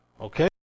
okay